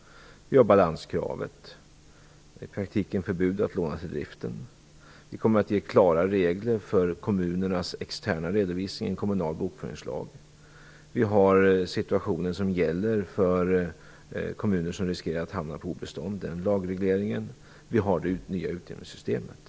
Vi har balanskravet - i praktiken förbud att låna till driften. Vi kommer att ge klara regler för kommunernas externa redovisning - en kommunal bokföringslag. Vi har en lagreglering som gäller för kommuner som riskerar att hamna på obestånd. Vi har det nya utjämningssystemet.